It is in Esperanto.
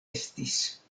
estis